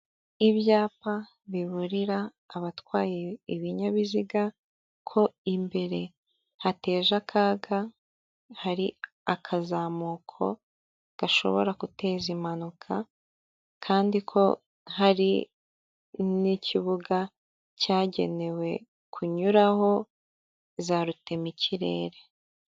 Ibyapa biburira abatwaye ibinyabiziga ko imbere hateje akaga hari akazamuko gashobora guteza impanuka kandi ko hari n'ikibuga cyagenewe kunyuraho za rutemikirere.